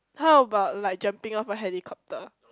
how about like jumping off a helicopter